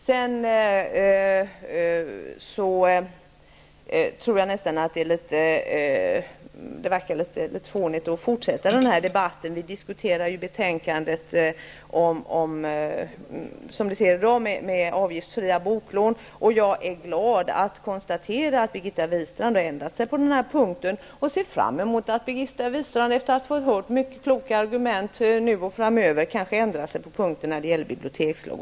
Det verkar nästan litet fånigt att fortsätta denna debatt, eftersom vi diskuterar betänkandet avseende kostnadsfria boklån, och jag är glad över att kunna konstatera att Birgitta Wistrand har ändrat sig på den här punkten. Jag ser fram emot att Birgitta Wistrand efter att fått höra många kloka argument nu och framöver kanske ändrar sig även när det gäller en bibliotekslag.